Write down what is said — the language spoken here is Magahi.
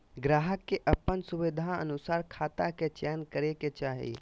ग्राहक के अपन सुविधानुसार खाता के चयन करे के चाही